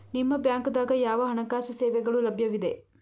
ನಿಮ ಬ್ಯಾಂಕ ದಾಗ ಯಾವ ಹಣಕಾಸು ಸೇವೆಗಳು ಲಭ್ಯವಿದೆ?